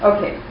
Okay